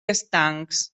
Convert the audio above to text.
estancs